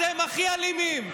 אתם הכי אלימים.